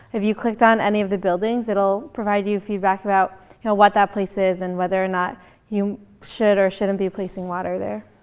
if you clicked on any of the buildings it'll provide you feedback about what that place is, and whether or not you should or shouldn't be placing water there.